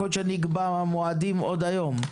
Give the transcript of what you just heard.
יכול להיות שאני אקבע מועדים עוד היום.